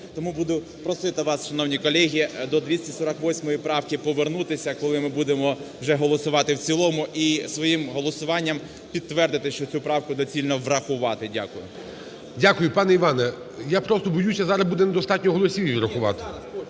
Тому буду просити вас, шановні колеги, до 248 правки повернутися, коли ми будемо вже голосувати в цілому, і своїм голосуванням підтвердити, що цю правку доцільно врахувати. Дякую. ГОЛОВУЮЧИЙ. Дякую. Пане Іване, я просто боюся, зараз буде недостатньо голосів її врахувати.